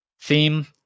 theme